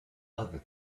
other